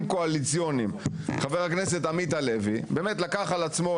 קואליציוניים חבר הכנסת עמית הלוי לקח על עצמו,